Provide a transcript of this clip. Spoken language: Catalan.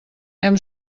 hem